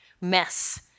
mess